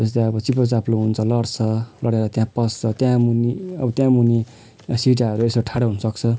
जस्तै अब चिप्लो चाप्लो हुन्छ लड्छ लडेर त्यहाँ पस्छ त्यहाँ मुनि अब त्यहाँ मुनि सिटाहरू यसो ठाडो हुनुसक्छ